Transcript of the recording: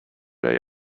they